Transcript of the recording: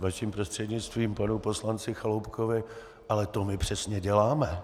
Vaším prostřednictvím k panu poslanci Chaloupkovi: Ale to my přesně děláme!